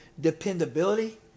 dependability